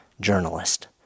journalist